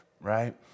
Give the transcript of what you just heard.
right